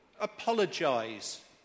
Apologise